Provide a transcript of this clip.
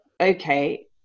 okay